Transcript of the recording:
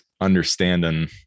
understanding